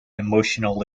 emotional